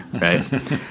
right